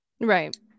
right